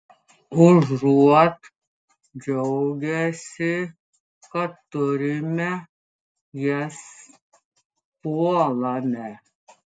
užuot džiaugęsi kad turime jas puolame